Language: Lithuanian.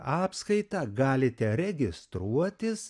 apskaitą galite registruotis